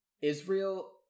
Israel